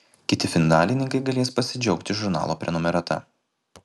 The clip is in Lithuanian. kiti finalininkai galės pasidžiaugti žurnalo prenumerata